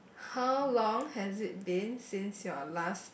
how long has it been since your last